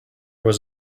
was